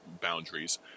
boundaries